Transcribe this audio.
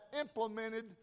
implemented